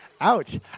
Ouch